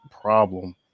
problem